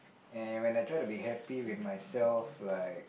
and when I try to be happy with myself like